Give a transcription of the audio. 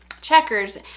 checkers